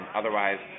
otherwise